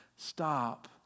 Stop